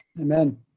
Amen